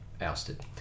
ousted